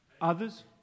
Others